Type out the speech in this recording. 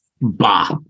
bah